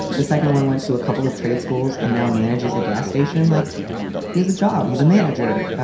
the second one went to a couple of trade schools and now manages a gas station like he has a job. he's a manager,